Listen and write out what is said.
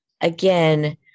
again